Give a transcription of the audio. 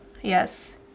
Yes